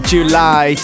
July